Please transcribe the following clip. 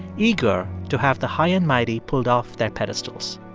eager to have the high and mighty pulled off their pedestals.